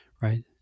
right